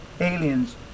aliens